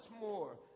more